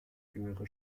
jüngere